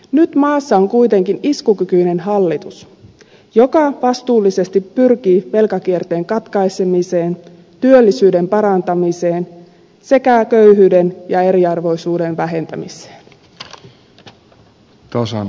nyt maassa on kuitenkin iskukykyinen hallitus joka vastuullisesti pyrkii velkakierteen katkaisemiseen työllisyyden parantamiseen sekä köyhyyden ja eriarvoisuuden vähentämiseen